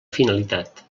finalitat